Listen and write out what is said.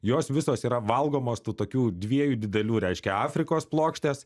jos visos yra valgomos tų tokių dviejų didelių reiškia afrikos plokštės